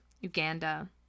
Uganda